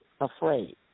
afraid